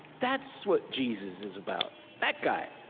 that's what jesus is about. that guy.